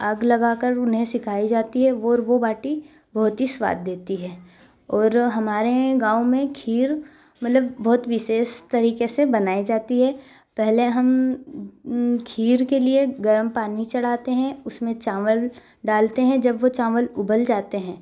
आग लगाकर उन्हें सेंकाई जाती है और वह बाटी बहुत ही स्वाद देती है और हमारे गाँव में खीर मतलब बहुत विशेष तरीके से बनाई जाती है पहले हम खीर के लिए गरम पानी चढ़ाते हैं उसमें चावल डालते हैं जब वह चावल उबल जाते हैं